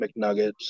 McNuggets